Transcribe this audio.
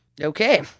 Okay